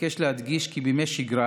אבקש להדגיש כי בימי שגרה